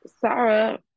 Sarah